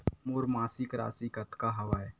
मोर मासिक राशि कतका हवय?